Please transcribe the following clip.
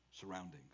surroundings